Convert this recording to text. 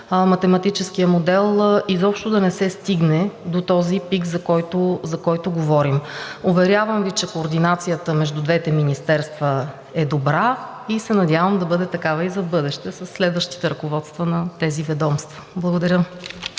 математическия модел – изобщо да не се стигне до този пик, за който говорим. Уверявам Ви, че координацията между двете министерства е добра и се надявам да бъде такава и за в бъдеще със следващите ръководства на тези ведомства. Благодаря.